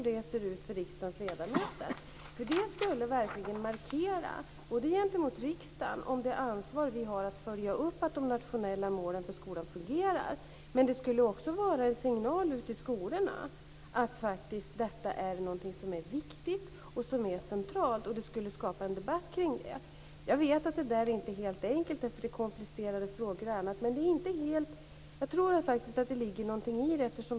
Det skulle verkligen markera vilket ansvar riksdagen har att följa upp att de nationella målen för skolan fungerar. Och det skulle vara en signal till skolorna att detta är viktigt och centralt. Det skulle skapa en debatt kring det. Jag vet att det inte är helt enkelt eftersom det är komplicerade frågor. Men jag tror att det ligger något i det.